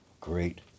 Great